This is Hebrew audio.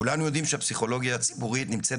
כולנו יודעים שהפסיכולוגיה הציבורית נמצאת